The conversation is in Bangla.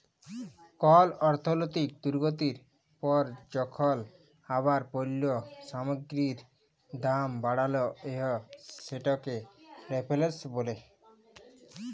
কল অর্থলৈতিক দুর্গতির পর যখল আবার পল্য সামগ্গিরির দাম বাড়াল হ্যয় সেটকে রেফ্ল্যাশল ব্যলে